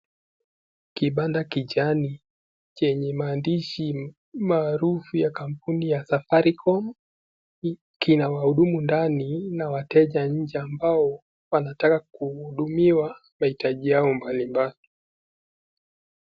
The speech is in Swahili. Kibanda kijani chenye maandishi maarufu ya kampuni ya Safaricom kina wahudumu ndani na wateja nje ambao wanataka kuhudumiwa mahitaji yao mbalimbali.